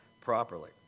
properly